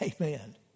Amen